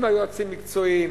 עם יועצים מקצועיים,